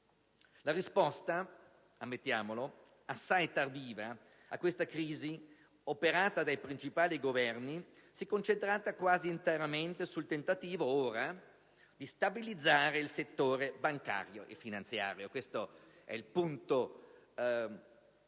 La risposta - ammettiamolo, assai tardiva - a questa crisi operata dai principali Governi si è concentrata quasi interamente sul tentativo di stabilizzare il settore bancario e finanziario - questo è il punto centrale